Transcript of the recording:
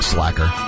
Slacker